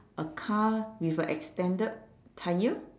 a car with an extended tyre